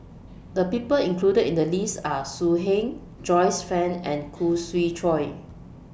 The People included in The list Are So Heng Joyce fan and Khoo Swee Chiow